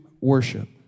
worship